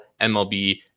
mlb